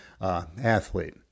athlete